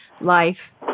life